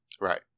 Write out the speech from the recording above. Right